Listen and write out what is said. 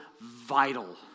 vital